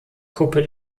kuppe